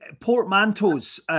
portmanteaus